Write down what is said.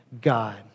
God